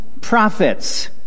prophets